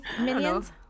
minions